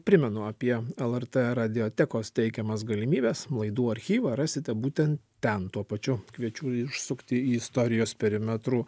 primenu apie lrt radiotechnikos teikiamas galimybes laidų archyvą rasite būtent ten tuo pačiu kviečiu užsukti į istorijos perimetrų